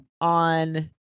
on